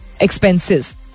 expenses